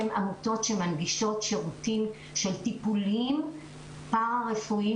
הן עמותות שמנגישות שירותים שהם טיפוליים פרא-רפואיים,